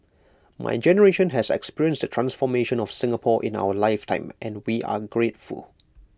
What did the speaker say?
my generation has experienced the transformation of Singapore in our life time and we are grateful